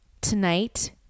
Tonight